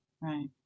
Right